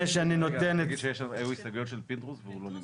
נגיד שהיו הסתייגויות של פינדרוס והוא לא הגיע.